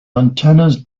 antennas